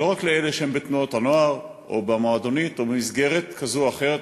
לא רק לאלה שהם בתנועות הנוער או במועדונית או במסגרת כזו או אחרת,